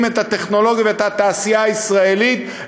את הטכנולוגיה ואת התעשייה הישראלית,